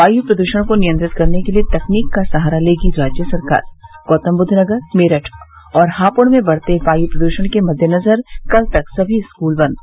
वायु प्रदूषण को नियंत्रित करने के लिए तकनीक का सहारा लेगी राज्य सरकार गौतमबुद्व नगर मेरठ और हापुड़ में बढ़ते वायु प्रदूषण के मददेनजर कल तक सभी स्कूल बन्द